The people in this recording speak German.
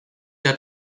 der